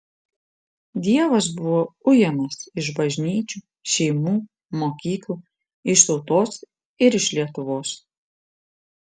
dievas buvo ujamas iš bažnyčių šeimų mokyklų iš tautos ir iš lietuvos